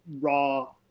raw